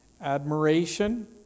admiration